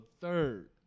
third